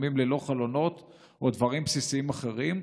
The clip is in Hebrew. לפעמים ללא חלונות או דברים בסיסיים אחרים.